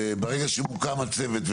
כשיוקם הצוות,